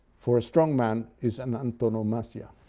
for a strong man is an antonomasia,